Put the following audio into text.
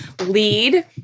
lead